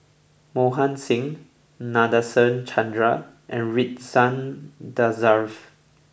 Mohan Singh Nadasen Chandra and Ridzwan Dzafir